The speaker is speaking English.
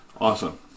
Awesome